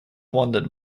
wondered